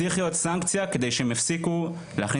צריך להיות סנקציה כדי שהם יפסיקו להכניס